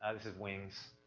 ah this is wings.